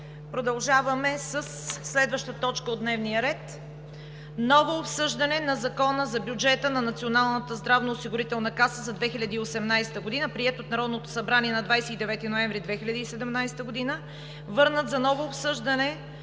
Продължаваме със следваща точка от дневния ред: